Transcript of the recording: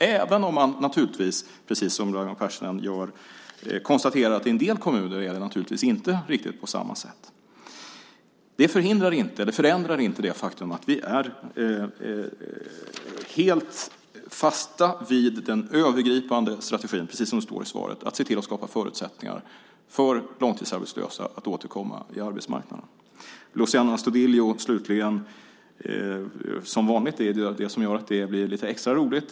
Det gäller även om man, precis som Raimo Pärssinen gör, konstaterar att det i en del kommuner inte riktigt är på samma sätt. Det förändrar inte det faktum att vi står helt fast vid den övergripande strategin, precis som det står i svaret, att se till att skapa förutsättningar för långtidsarbetslösa att återkomma till arbetsmarknaden. Slutligen till det Luciano Astudillo talade om och som vanligt gör att det är lite extra roligt.